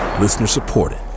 Listener-supported